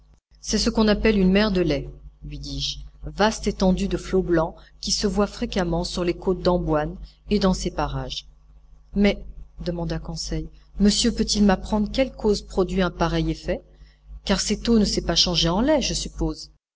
c'est ce qu'on appelle une mer de lait lui dis-je vaste étendue de flots blancs qui se voit fréquemment sur les côtes d'amboine et dans ces parages mais demanda conseil monsieur peut-il m'apprendre quelle cause produit un pareil effet car cette eau ne s'est pas changée en lait je suppose